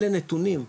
אלה נתונים,